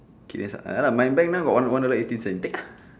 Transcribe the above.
K sia ya lah my bank now got one one dollar eighty cent take lah